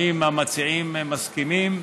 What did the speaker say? האם המציעים מסכימים?